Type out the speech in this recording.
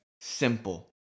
simple